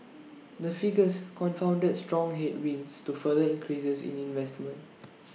the figures confounded strong headwinds to further increases in investment